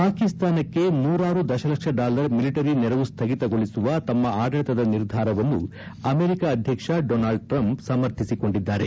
ಪಾಕಿಸ್ತಾನಕ್ಕೆ ನೂರಾರು ದಶಲಕ್ಷ ಡಾಲರ್ ಮಿಲಿಟರಿ ನೆರವು ಸ್ಥಗಿತಗೊಳಿಸುವ ತಮ್ಮ ಆಡಳಿತದ ನಿರ್ಧಾರವನ್ನು ಅಮೆರಿಕ ಅಧ್ಯಕ್ಷ ಡೊನಾಲ್ಡ್ ಟ್ರಂಪ್ ಸಮರ್ಥಿಸಿಕೊಂಡಿದ್ದಾರೆ